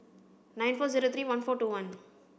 nine four zero three one four two one